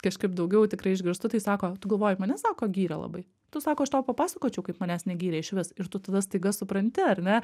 kažkaip daugiau tikrai išgirstu tai sako tu galvoji mane sako giria labai tu sako aš tau papasakočiau kaip manęs negyrė išvis ir tu tada staiga supranti ar ne